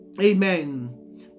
Amen